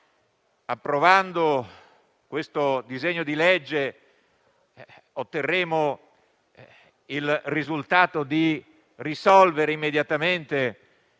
approvando questo disegno di legge otterremo il risultato di risolvere immediatamente